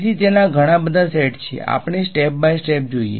તેથી તેના ઘણાં બધાં સેટ છે આપણે સ્ટેપ બાય સ્ટેપ જોઈએ